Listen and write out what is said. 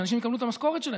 שאנשים יקבלו את המשכורת שלהם,